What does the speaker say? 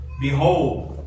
Behold